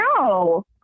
No